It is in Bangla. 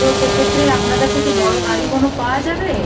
তো সেক্ষেত্রে আপনার কাছে কি বড় গাড়ি কোনো পাওয়া যাবে